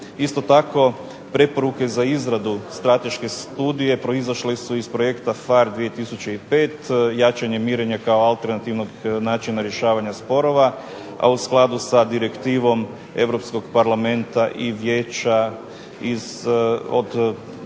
Isto tako preporuke za izradu strateške studije proizašle su iz projekta PHARE 2005, jačanje mirenja kao alternativnog načina rješavanja sporova, a u skladu sa direktivom Europskog Parlamenta i Vijeća od 21.